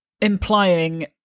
implying